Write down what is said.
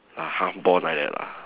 ah half born like that lah